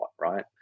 right